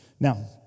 Now